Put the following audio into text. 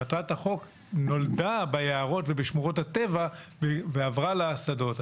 מטרת החוק נולדה ביערות ובשמורות הטבע ועברה לשדות.